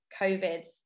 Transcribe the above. covid